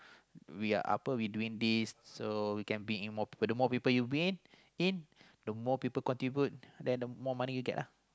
we're upper we doing this so we can bring in more people the more people you bring in the more people contribute then the more money you get lah